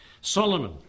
Solomon